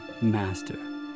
Master